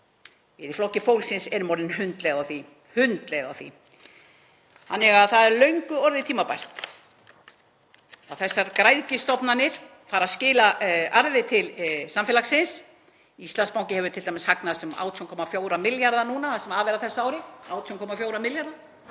Við í Flokki fólksins erum orðin hundleið á því. Það er löngu orðið tímabært að þessar græðgisstofnanir fari að skila arði til samfélagsins. Íslandsbanki hefur t.d. hagnaðist um 18,4 milljarða það sem af er þessu ári, 18,4 milljarða.